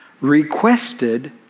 requested